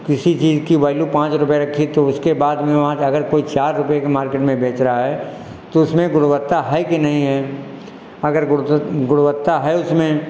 किसी चीज़ की वैलू पाँच रुपये रखी तो उसके बाद में वहाँ से अगर कोई चार रुपये के मार्केट में बेच रहा है तो उसमें गुणवत्ता है कि नहीं है अगर गुणतत गुणवत्ता है उसमें